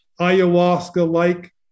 ayahuasca-like